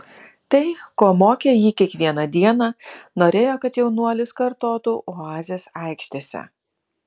tai ko mokė jį kiekvieną dieną norėjo kad jaunuolis kartotų oazės aikštėse